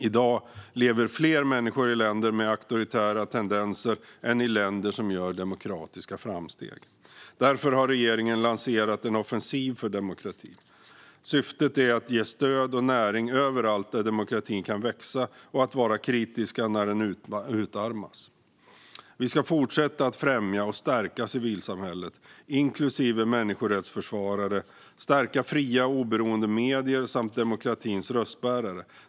I dag lever fler människor i länder med auktoritära tendenser än i länder som gör demokratiska framsteg. Därför har regeringen lanserat en offensiv för demokratin. Syftet är att ge stöd och näring överallt där demokratin kan växa och att vara kritiska när den utarmas. Vi ska fortsätta att främja och stärka civilsamhället, inklusive människorättsförsvarare, stärka fria och oberoende medier samt stärka demokratins röstbärare.